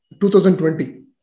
2020